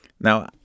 Now